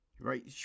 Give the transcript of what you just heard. right